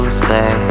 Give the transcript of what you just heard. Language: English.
stay